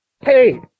Hey